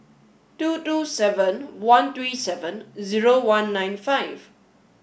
two two seven one three seven zero one nine five